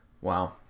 Wow